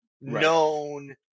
known